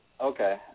okay